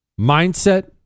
mindset